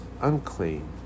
unclean